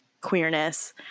queerness